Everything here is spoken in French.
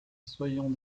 soyons